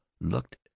looked